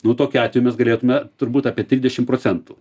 nu tokiu atveju mes galėtume turbūt apie trisdešim procentų